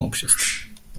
обществе